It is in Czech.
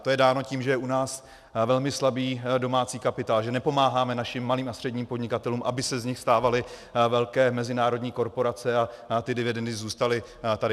To je dáno tím, že je u nás velmi slabý domácí kapitál, že nepomáháme našim malým a středním podnikatelům, aby se z nich stávaly velké mezinárodní korporace a ty dividendy zůstaly tady.